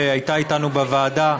שהייתה אתנו בוועדה,